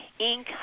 Inc